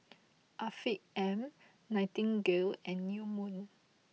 Afiq M Nightingale and New Moon